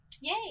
yay